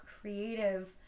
creative